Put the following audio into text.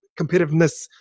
competitiveness